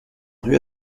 rue